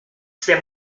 ses